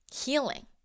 healing